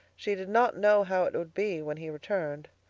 she did not know how it would be when he returned.